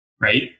right